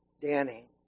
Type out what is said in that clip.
Danny